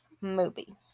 movie